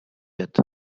yet